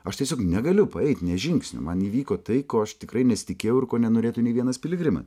aš tiesiog negaliu paeit nė žingsnio man įvyko tai ko aš tikrai nesitikėjau ir ko nenorėtų nei vienas piligrima